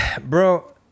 Bro